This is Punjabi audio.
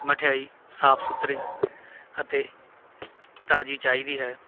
ਮਠਿਆਈ ਸਾਫ਼ ਸੁਥਰੀ ਅਤੇ ਤਾਜ਼ੀ ਚਾਹੀਦੀ ਹੈ